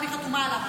אני חתומה עליו,